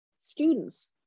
students